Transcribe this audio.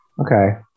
Okay